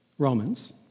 Romans